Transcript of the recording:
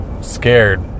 scared